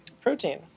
protein